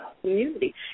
community